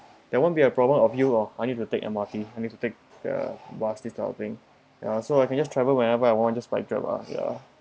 there won't be a problem of you or I need to take M_R_T I need to take the bus this type of thing and also I can just travel whenever I want just by Grab lah ya